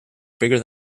bigger